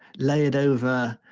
layered over